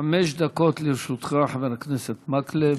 חמש דקות לרשותך, חבר הכנסת מקלב.